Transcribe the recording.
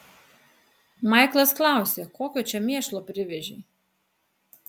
maiklas klausė kokio čia mėšlo privežei